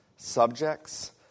Subjects